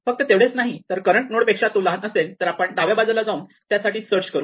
फक्त तेवढे नाहीतर करंट नोड पेक्षा तो लहान असेल तर आपण डाव्या बाजूला जाऊन त्यासाठी सर्च करू